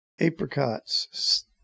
Apricots